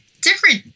different